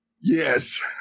Yes